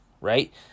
right